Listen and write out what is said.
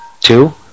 two